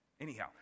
Anyhow